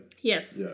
Yes